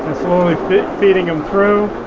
slowly feeding them through